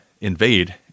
invade